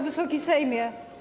Wysoki Sejmie!